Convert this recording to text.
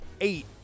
eight